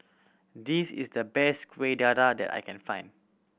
this is the best Kuih Dadar that I can find